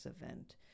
event